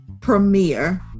premiere